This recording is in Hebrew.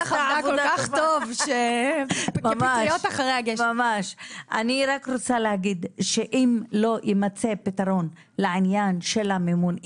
רק רוצה להגיד שאם לא יימצא פתרון לעניין של המימון,